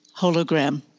hologram